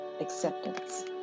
acceptance